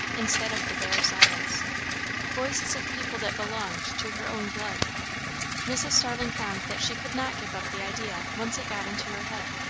instead of the bare silence voices of people that belonged to her own blood mrs. starling found that she could not give up the idea, once it got into her head.